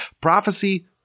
Prophecy